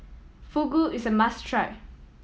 fugu is a must try